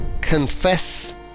confess